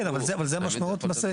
כן, אבל זה המשמעות.